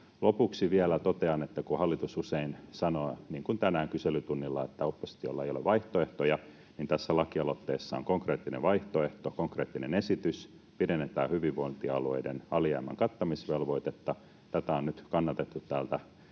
Lopuksi vielä totean, että kun hallitus usein sanoo — niin kuin tänään kyselytunnilla — että oppositiolla ei ole vaihtoehtoja, niin tässä lakialoitteessa on konkreettinen vaihtoehto, konkreettinen esitys: pidennetään hyvinvointialueiden alijäämän kattamisvelvoitetta. Tätä on nyt kannatettu täällä